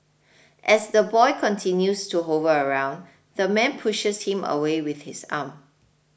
as the boy continues to hover around the man pushes him away with his arm